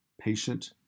patient